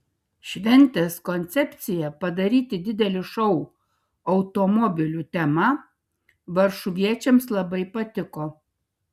šventės koncepcija padaryti didelį šou automobilių tema varšuviečiams labai patiko